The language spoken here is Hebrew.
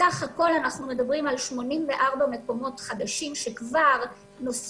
בסך הכול אנחנו מדברים על 84 מקומות חדשים שכבר נוספו.